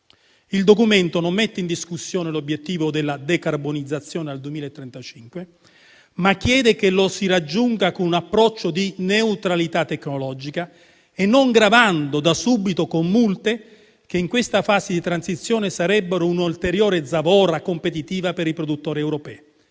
Il documento non mette in discussione l'obiettivo della decarbonizzazione al 2035, ma chiede di raggiungerlo con un approccio di neutralità tecnologica e non gravando da subito con multe che in questa fase di transizione sarebbero un'ulteriore zavorra competitiva per i produttori europei.